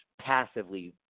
passively